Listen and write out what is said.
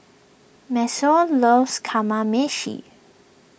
Maceo loves Kamameshi